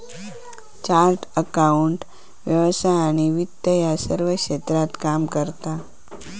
chartered accountant व्यवसाय आणि वित्त या सर्व क्षेत्रात काम करता